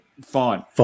fine